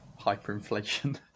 hyperinflation